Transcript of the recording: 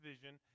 vision